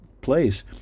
place